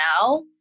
now